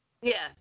Yes